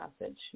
message